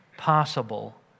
possible